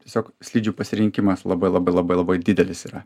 tiesiog slidžių pasirinkimas labai labai labai labai didelis yra